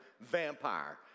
vampire